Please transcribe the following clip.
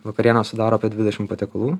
vakarienę sudaro apie dvidešim patiekalų